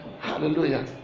Hallelujah